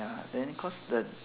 then cause the